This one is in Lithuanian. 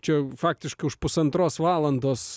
čia faktiškai už pusantros valandos